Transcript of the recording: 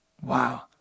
Wow